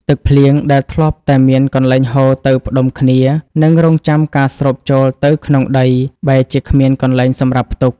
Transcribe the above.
ទឹកភ្លៀងដែលធ្លាប់តែមានកន្លែងហូរទៅផ្ដុំគ្នា និងរង់ចាំការស្រូបចូលទៅក្នុងដី បែរជាគ្មានកន្លែងសម្រាប់ផ្ទុក។